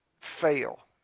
fail